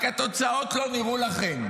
רק שהתוצאות לא נראו לכם.